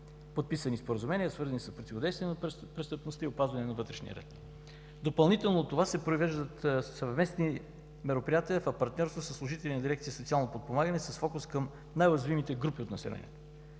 подписани споразумения, свързани с противодействие на престъпността и опазване на обществения ред. Допълнително от това се провеждат съвместни мероприятия в партньорство със служители на Дирекция „Социално подпомагане“, с фокус към най-уязвимите групи от населението.